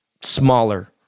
smaller